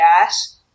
gas